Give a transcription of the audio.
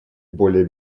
более